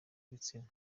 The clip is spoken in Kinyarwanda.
ibitsina